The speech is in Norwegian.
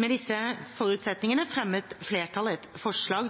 Med disse forutsetningene fremmet flertallet et forslag: